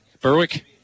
berwick